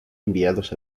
enviados